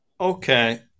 Okay